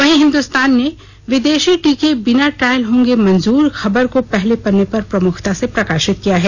वहीं हिन्दुस्तान ने विदेशी टीके बिना ट्रायल होंगे मंजूर खबर को पहले पन्ने पर प्रमुखता से प्रकाशित किया है